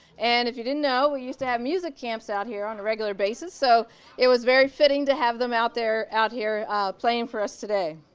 and if you didn't know, we used to have music camps out here on a regular basis, so it was very fitting to have them out there, out here playing for us today.